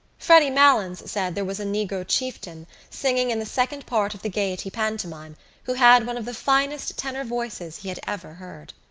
freddy malins said there was a negro chieftain singing in the second part of the gaiety pantomime who had one of the finest tenor voices he had ever heard.